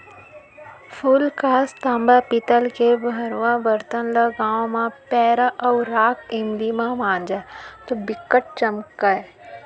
फूलकास, तांबा, पीतल के भंड़वा बरतन ल गांव म पैरा अउ राख इमली म मांजय तौ बिकट चमकय